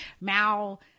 Mal